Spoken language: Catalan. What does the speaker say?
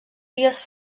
dies